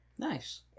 Nice